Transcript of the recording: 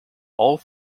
all